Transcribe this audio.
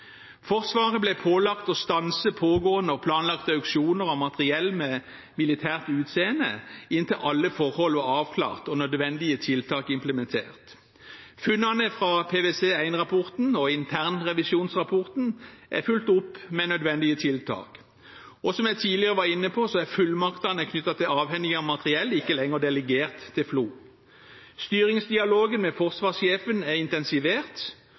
Forsvaret ble pålagt å stanse pågående og planlagte auksjoner av materiell med militært utseende inntil alle forhold var avklart og nødvendige tiltak implementert. Funnene fra PwC-1-rapporten og internrevisjonsrapporten er fulgt opp med nødvendige tiltak. Som jeg tidligere var inne på, er fullmaktene knyttet til avhending av materiell ikke lenger delegert til FLO. Styringsdialogen med forsvarssjefen er intensivert.